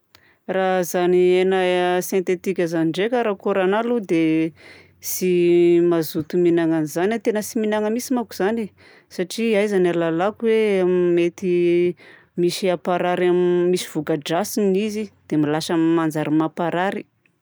Raha izany hena sentetika izany ndraika karaha kôra nahy dia tsy mazoto mihinana an'izany aho. Tegna tsy mihinana mihitsy manko izany e! Satria aiza no ahalalako hoe mety misy hamparary m misy voka-dratsiny izy dia lasa manjary mamparary.